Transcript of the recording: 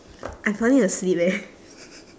I falling asleep eh